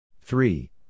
Three